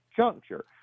juncture